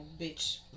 bitch